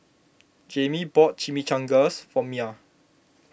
Jamey bought Chimichangas for Myah